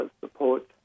support